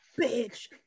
bitch